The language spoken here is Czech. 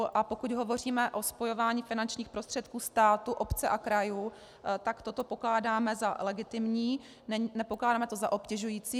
A pokud hovoříme o spojování finančních prostředků státu, obce a krajů, tak toto pokládáme za legitimní, nepokládáme to za obtěžující.